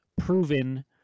proven